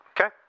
okay